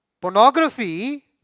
Pornography